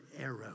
arrow